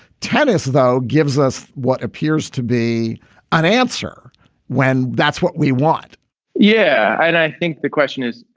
tennis, though, gives us what appears to be an answer when that's what we want yeah, i think the question is,